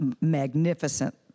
magnificent